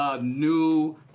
new